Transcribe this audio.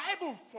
Bible